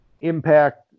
Impact